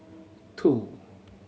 two